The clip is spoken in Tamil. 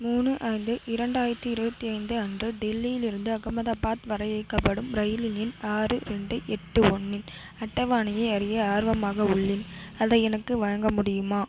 மூணு ஐந்து இரண்டாயிரத்தி இருபத்தி ஐந்து அன்று டெல்லியிலிருந்து அகமதாபாத் வரை இயக்கப்படும் இரயில் எண்ணின் ஆறு ரெண்டு எட்டு ஒன்றின் அட்டவணையை அறிய ஆர்வமாக உள்ளேன் அதை எனக்கு வழங்க முடியுமா